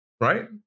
right